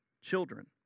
children